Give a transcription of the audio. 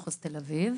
אביב.